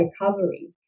recovery